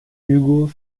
hugo